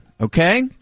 Okay